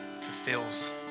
fulfills